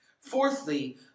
Fourthly